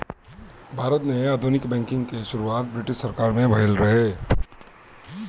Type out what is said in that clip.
भारत में आधुनिक बैंकिंग के शुरुआत ब्रिटिस सरकार में भइल रहे